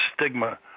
stigma